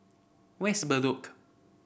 where is Bedok